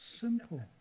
simple